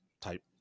type